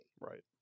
Right